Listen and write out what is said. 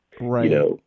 right